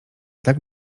tak